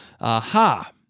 Aha